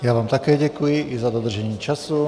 Já vám také děkuji, i za dodržení času.